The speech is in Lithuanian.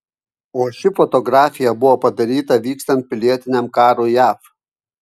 o ši fotografija buvo padaryta vykstant pilietiniam karui jav